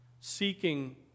seeking